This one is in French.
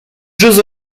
jeux